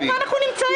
איפה אנחנו נמצאים?